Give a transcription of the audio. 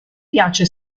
piace